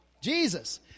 Jesus